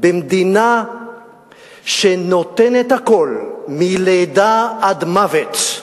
במדינה שנותנת הכול מלידה עד מוות.